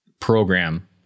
program